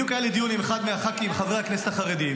בדיוק היה לי דיון עם אחד מחברי הכנסת החרדים,